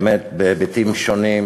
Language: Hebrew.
באמת, בהיבטים שונים,